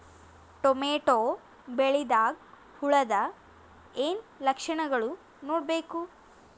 Tomato ಬೆಳಿದಾಗ್ ಹುಳದ ಏನ್ ಲಕ್ಷಣಗಳು ನೋಡ್ಬೇಕು?